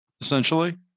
essentially